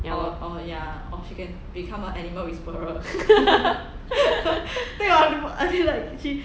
ya lor